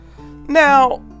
Now